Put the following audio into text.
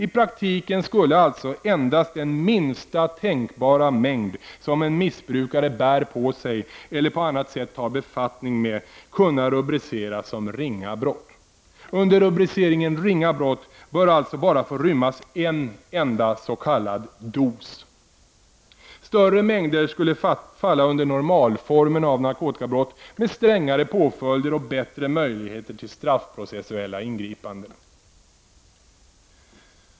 I praktiken skulle alltså endast innehavet av den minsta tänkbara mängd som en missbrukare bär på sig eller på annat sätt har befattning med kunna rubriceras som ringa brott. Under rubriceringen ringa narkotikabrott bör alltså bara få rymmas befattning med en enda s.k. dos. Större mängder skulle falla under normalformen av narkotikabrott med strängare påföljder och bättre möjligheter till straffprocessuella ingripanden.